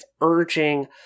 urging